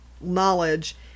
knowledge